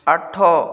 ଆଠ